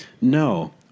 No